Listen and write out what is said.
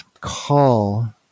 call